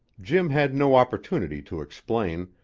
jim had no opportunity to explain,